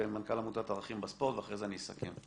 מנכ"ל עמותת ערכים בספורט ואחרי זה אני אסכם.